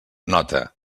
nota